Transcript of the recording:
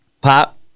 Pop